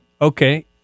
Okay